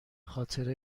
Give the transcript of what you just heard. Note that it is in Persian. خاطر